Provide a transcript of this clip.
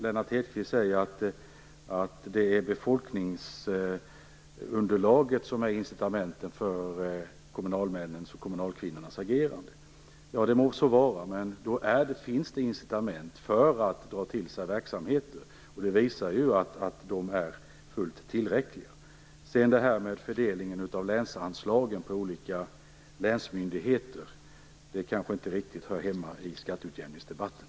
Lennart Hedquist säger att det är befolkningsunderlaget som är incitamentet för kommunalmännens och kommunalkvinnornas agerande. Det må så vara, men då finns det incitament för att dra till sig verksamheter. Det visar att de är fullt tillräckliga. Fördelningen av länsanslagen på olika länsmyndigheter kanske inte riktigt hör hemma i skatteutjämningsdebatten.